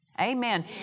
Amen